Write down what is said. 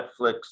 Netflix